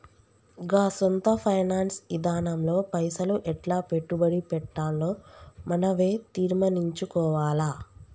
గా సొంత ఫైనాన్స్ ఇదానంలో పైసలు ఎట్లా పెట్టుబడి పెట్టాల్నో మనవే తీర్మనించుకోవాల